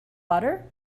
butter